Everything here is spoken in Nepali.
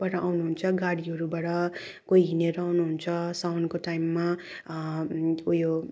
बाट आउनुहुन्छ गाडीहरूबाट कोही हिँडेर आउनुहुन्छ साउनको टाइममा ऊ यो